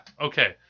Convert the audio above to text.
Okay